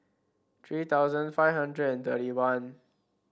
three thousand five hundred and thirty one